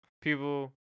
People